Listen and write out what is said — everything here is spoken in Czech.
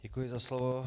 Děkuji za slovo.